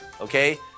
Okay